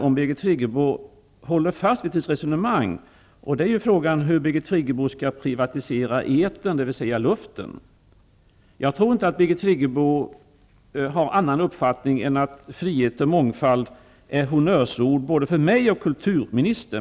Om Birgit Friggebo håller fast vid sitt resonemang uppstår en intressant fråga, nämligen hur Birgit Friggebo skall privatisera etern, dvs. luften. Jag tror inte att Birgit Friggebo har en annan uppfattning än att frihet och mångfald är honnörsord för både mig och kulturministern.